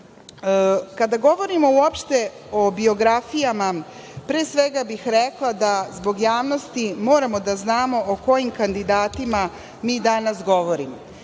govorimo uopšte o biografijama, pre svega, rekla bih da zbog javnosti moramo da znamo o kojim kandidatima mi danas govorimo.